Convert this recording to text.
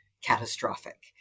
catastrophic